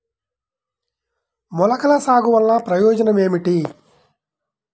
మొలకల సాగు వలన ప్రయోజనం ఏమిటీ?